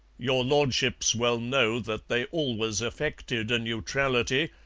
your lordships well know that they always affected a neutrality,